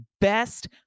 best